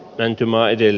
pienten maiden